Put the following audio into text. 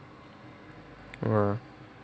okay